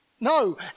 no